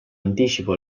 anticipo